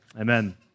Amen